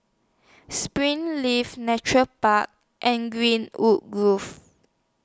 Springleaf Nature Park and Greenwood Grove